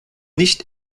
nicht